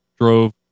drove